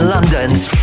London's